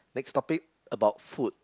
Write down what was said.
next topic about food